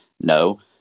No